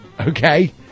Okay